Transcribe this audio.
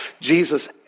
Jesus